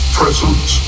present